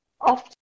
often